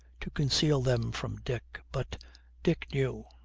to conceal them from dick but dick knew.